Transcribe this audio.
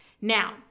Now